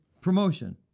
promotion